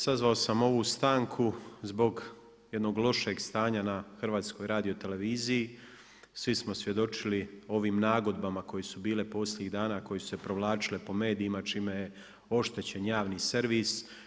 Sazvao sam ovu stanku zbog jednog lošeg stanja na HRT-u, svi smo svjedočili ovim nagodbama koje su bile posljednjih dana koje su se provlačile po medijima čime je oštećen javni servis.